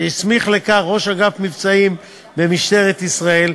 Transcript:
שהסמיך לכך ראש אגף המבצעים במשטרת ישראל.